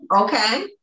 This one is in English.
Okay